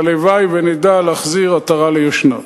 והלוואי שנדע להחזיר עטרה ליושנה.